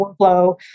workflow